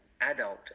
adult